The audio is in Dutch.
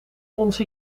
onze